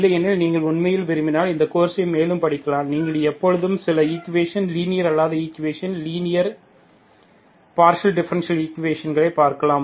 இல்லையெனில் நீங்கள் உண்மையில் விரும்பினால் இந்தப் கோர்சை மேலும் படிக்கலாம் நீங்கள் எப்போதும் சில ஈக்குவேஷன் லீனியர் அல்லாத ஈக்குவேஷன் லீனியர் அல்லாத பார்ஷியல் டிஃபரண்ஷியல் ஈக்குவேஷன்களைப் பார்க்கலாம்